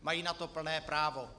Mají na to plné právo.